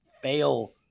fail